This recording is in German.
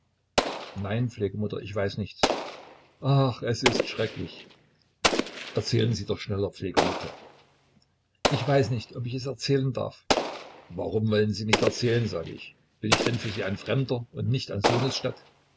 nein pflegemutter ich weiß nichts ach es ist schrecklich erzählen sie doch schneller pflegemutter ich weiß nicht ob ich es erzählen darf warum wollen sie nicht erzählen sage ich bin ich denn für sie ein fremder und nicht an